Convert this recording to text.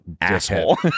asshole